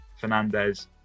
Fernandez